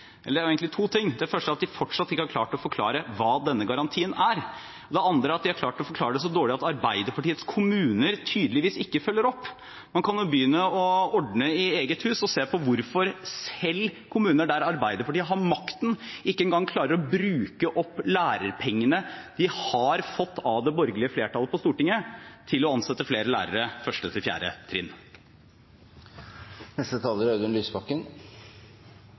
opp. Man kan jo begynne å ordne i eget hus og se på hvorfor selv kommuner der Arbeiderpartiet har makten, ikke engang klarer å bruke opp lærerpengene de har fått av det borgerlige flertallet på Stortinget, til å ansette flere lærere i 1.–4. trinn. Audun Lysbakken